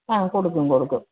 ആ കൊടുക്കും കൊടുക്കും